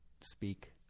speak